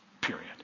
Period